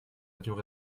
avions